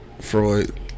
Freud